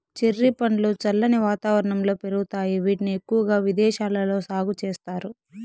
cherry పండ్లు చల్లని వాతావరణంలో పెరుగుతాయి, వీటిని ఎక్కువగా విదేశాలలో సాగు చేస్తారు